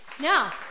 Now